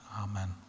Amen